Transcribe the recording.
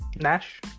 Nash